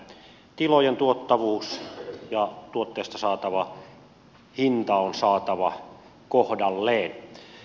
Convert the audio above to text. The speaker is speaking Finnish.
tilojen tuottavuus ja tuotteesta saatava hinta on saatava kohdalleen